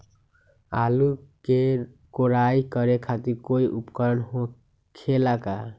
आलू के कोराई करे खातिर कोई उपकरण हो खेला का?